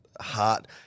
heart